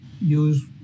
use